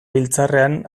biltzarrean